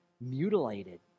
mutilated